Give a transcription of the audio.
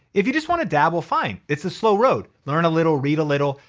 if you just wanna dabble, fine. it's a slow road. learn a little, read a little.